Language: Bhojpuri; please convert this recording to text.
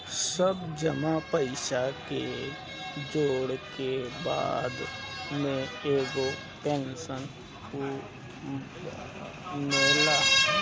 सब जमा पईसा के जोड़ के बाद में एगो पेंशन बनेला